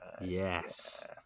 yes